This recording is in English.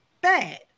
bad